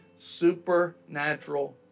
supernatural